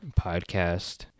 podcast